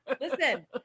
Listen